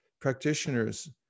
Practitioners